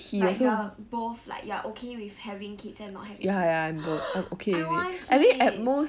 like you are both like you are okay with having kids and not having kids I want kids